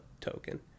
token